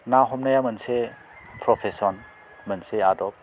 ना हमनाया मोनसे प्रफेस'न मोनसे आदब